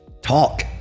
talk